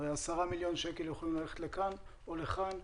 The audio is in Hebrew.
הרי עשרה מיליון שקל יכולים ללכת לכאן או לכאן.